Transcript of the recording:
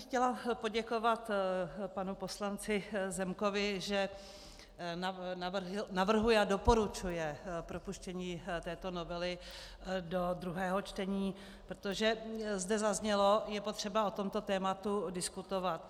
Chtěla bych poděkovat panu poslanci Zemkovi, že navrhuje a doporučuje propuštění této novely do druhého čtení, protože zde zaznělo, je potřeba o tomto tématu diskutovat.